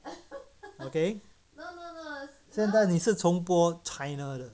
okay 现在你是重播 china 的